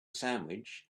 sandwich